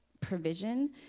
provision